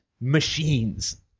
machines